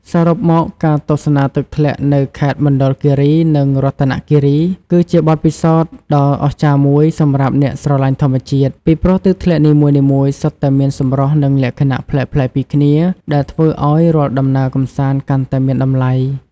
សរុបមក ការទស្សនាទឹកធ្លាក់នៅខេត្តមណ្ឌលគិរី និងរតនគិរី គឺជាបទពិសោធន៍ដ៏អស្ចារ្យមួយសម្រាប់អ្នកស្រឡាញ់ធម្មជាតិ ពីព្រោះទឹកធ្លាក់នីមួយៗសុទ្ធតែមានសម្រស់ និងលក្ខណៈប្លែកៗពីគ្នា ដែលធ្វើឲ្យរាល់ដំណើរកម្សាន្តកាន់តែមានតម្លៃ។